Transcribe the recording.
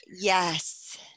Yes